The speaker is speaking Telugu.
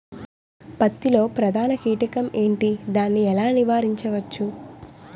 పత్తి లో ప్రధాన కీటకం ఎంటి? దాని ఎలా నీవారించచ్చు?